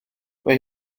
mae